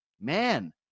man